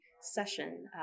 session